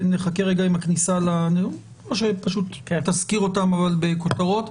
נחכה רגע עם הכניסה או שפשוט תשכיל אותנו אבל בכותרות.